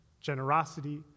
generosity